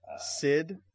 Sid